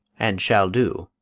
and shall do.